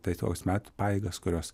taikaus meto pajėgas kurios